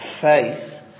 Faith